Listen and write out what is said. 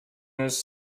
use